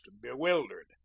bewildered